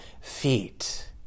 feet